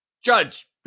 Judge